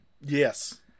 Yes